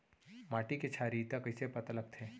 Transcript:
माटी के क्षारीयता कइसे पता लगथे?